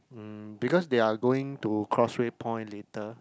mm because they are going to Causeway-Point later